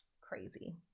crazy